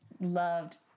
loved